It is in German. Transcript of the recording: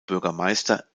bürgermeister